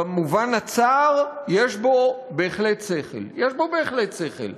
במובן הצר, יש בו בהחלט היגיון.